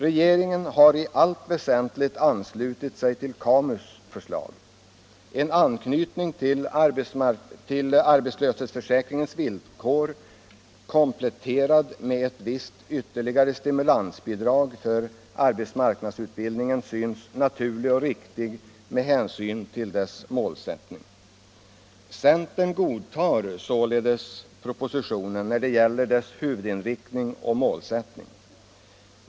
Regeringen har i allt väsentligt anslutit sig till KAMU:s förslag. En anknytning till arbetslöshetsförsäkringens villkor kompletterad med ett visst ytterligare stimulansbidrag för AMU-utbildning synes naturlig och riktig med hänsyn till dennas målsättning. Centern godtar således propositionen när det gäller dess huvudinriktning och målsättning.